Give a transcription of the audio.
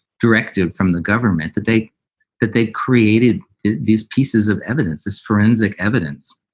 directive from the government that they that they created these pieces of evidence is forensic evidence.